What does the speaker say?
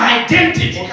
identity